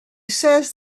says